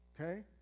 Okay